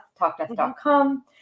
TalkDeath.com